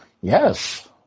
Yes